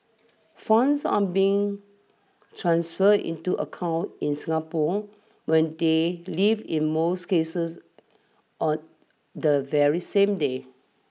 funds are being transferred into accounts in Singapore when they leave in most cases on the very same day